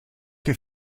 che